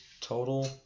total